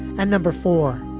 and number four,